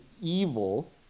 evil